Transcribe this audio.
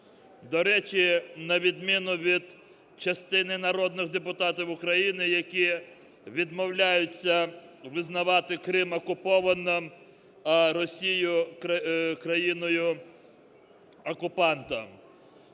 До речі, на відміну від частини народних депутатів України, які відмовляються визнавати Крим окупованим Росією країно-окупантом.